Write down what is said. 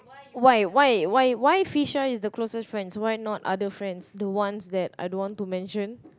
why why why why Phisha is the closest friends why not other friends the ones that I don't want to mention